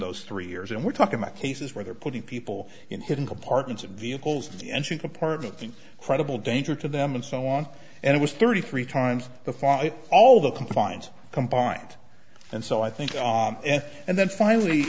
those three years and we're talking about cases where they're putting people in hidden compartments in vehicles in the engine compartment the credible danger to them and so on and it was thirty three times before all the confines combined and so i think and then finally